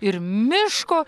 ir miško